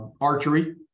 archery